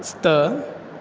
स्त